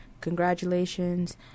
congratulations